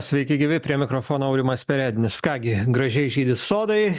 sveiki gyvi prie mikrofono aurimas perednis ką gi gražiai žydi sodai